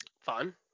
Fun